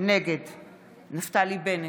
נגד נפתלי בנט,